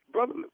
Brother